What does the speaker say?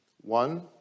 one